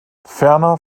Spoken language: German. ferner